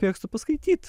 mėgstu paskaityt